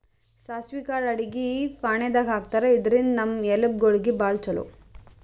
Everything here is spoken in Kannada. ಸಾಸ್ವಿ ಕಾಳ್ ಅಡಗಿ ಫಾಣೆದಾಗ್ ಹಾಕ್ತಾರ್, ಇದ್ರಿಂದ್ ನಮ್ ಎಲಬ್ ಗೋಳಿಗ್ ಭಾಳ್ ಛಲೋ